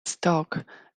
stoke